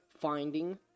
finding